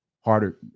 harder